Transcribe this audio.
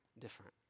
different